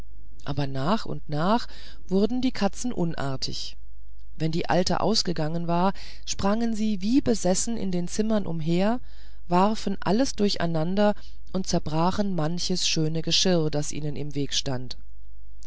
aber nach und nach wurden die katzen unartig wenn die alte ausgegangen war sprangen sie wie besessen in den zimmern umher warfen alles durcheinander und zerbrachen manches schöne geschirr das ihnen im weg stand